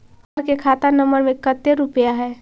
हमार के खाता नंबर में कते रूपैया है?